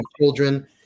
children